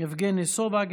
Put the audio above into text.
יבגני סובה,